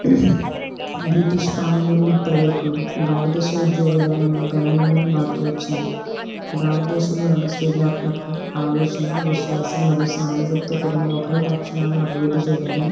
British పాలననుండి ఇప్పటి వరకు భారతదేశ విద్యా విధానంలో ఘణనీయమైన మార్పు వచ్చింది భారతదేశంలోని సృజనాత్మక ఆలోచన విశ్వాసం మరియు సానుభూతితో కూడిన ఒకరి లక్షణాలను అభివృద్ధి చేయడాన్ని